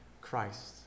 Christ